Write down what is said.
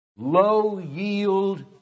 low-yield